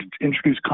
introduce